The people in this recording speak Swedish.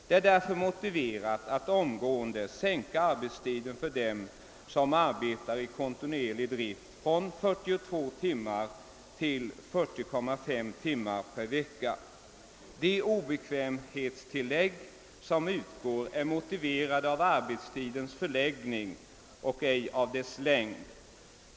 Det är därför motiverat att omgående sänka arbetstiden för dem som arbetar i kontinuerlig drift från 42 till 40,5 timmar per vecka. Det obekvämhetstillägg som utgår är motiverat av arbetstidens förläggning och ej av dess längd.